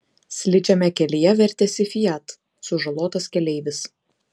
slidžiame kelyje vertėsi fiat sužalotas keleivis